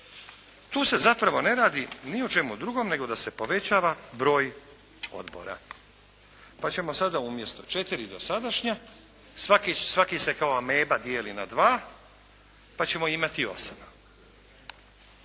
Tu se zapravo ne radi ni o čemu drugom nego da se povećava broj odbora, pa ćemo sada umjesto četiri dosadašnja svaki se kao ameba dijeli na dva pa ćemo imati osam.